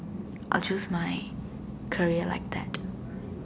I'll choose my career like that